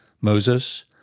Moses